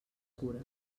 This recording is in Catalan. cura